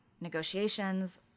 negotiations